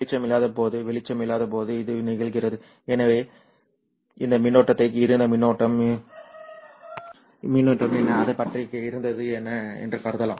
வெளிச்சம் இல்லாதபோது வெளிச்சம் இல்லாதபோது இது நிகழ்கிறது எனவே இந்த மின்னோட்டத்தை இருண்ட மின்னோட்டம் இருண்ட மின்னோட்டம் என்ன அதைப் பற்றி இருண்டது என்று கருதலாம்